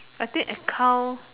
I think accounts